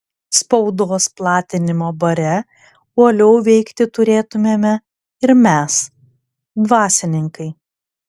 spaudos platinimo bare uoliau veikti turėtumėme ir mes dvasininkai